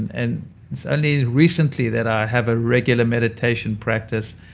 and it's only recently that i have a regular meditation practice.